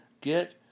get